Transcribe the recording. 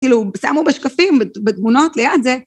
כאילו שמו בשקפים בתמונות ליד זה.